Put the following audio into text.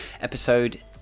episode